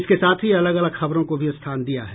इसके साथ ही अलग अलग खबरों को भी स्थान दिया है